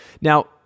Now